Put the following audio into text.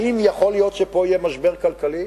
האם יכול להיות שיהיה פה משבר כלכלי?